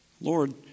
Lord